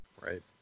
Right